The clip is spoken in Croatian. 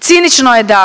Cinično je da